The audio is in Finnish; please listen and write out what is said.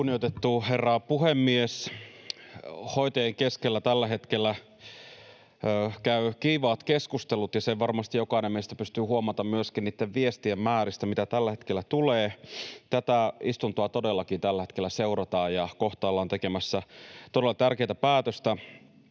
Kunnioitettu herra puhemies! Hoitajien keskellä tällä hetkellä käy kiivaat keskustelut, ja sen varmasti jokainen meistä pystyy huomaamaan myöskin niitten viestien määristä, mitä tällä hetkellä tulee. Tätä istuntoa todellakin tällä hetkellä seurataan, ja kohta ollaan tekemässä todella tärkeätä päätöstä.